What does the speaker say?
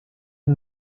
and